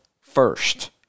first